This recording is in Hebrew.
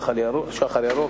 "שח"ר ירוק",